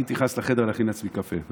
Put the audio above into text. אני הייתי נכנס לחדר להכין לעצמי קפה,